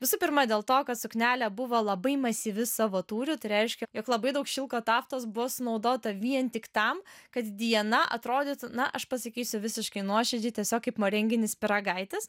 visų pirma dėl to kad suknelė buvo labai masyvi savo tūriu tai reiškia jog labai daug šilko taftos buvo sunaudota vien tik tam kad diana atrodytų na aš pasakysiu visiškai nuoširdžiai tiesiog kaip morenginis pyragaitis